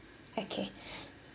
okay